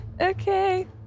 Okay